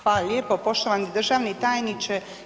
Hvala lijepo poštovani državni tajniče.